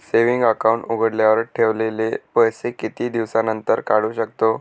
Saving account उघडल्यावर ठेवलेले पैसे किती दिवसानंतर काढू शकतो?